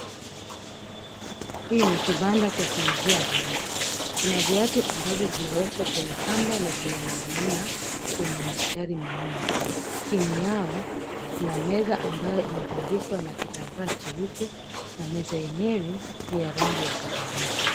Hii ni kibanda cha kuuzia viatu. Kuna viatu ambavyo vimewekwa kwenye kamba na vimening'inia kwenye mistari minne. Chini yao, kuna meza ambayo imetandikwa na kitambaa cheupe na meza yenyewe ni ya rangi ya kahawia.